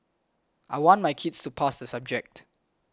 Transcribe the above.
I want my kids to pass the subject